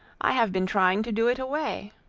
i have been trying to do it away.